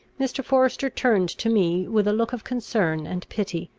mr. forester turned to me with a look of concern and pity,